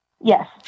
Yes